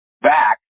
back